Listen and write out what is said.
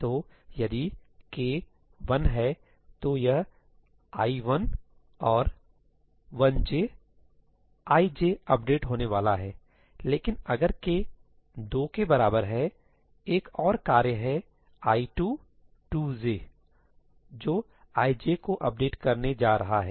तो यदि k 1 है तो यह i 1 और 1 j i j अपडेट होने वाला है लेकिन अगर k 2 के बराबर है एक और कार्य है i 2 2 j जो i j को अपडेट करने जा रहा है